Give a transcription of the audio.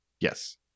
Yes